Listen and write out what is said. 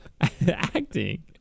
acting